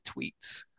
tweets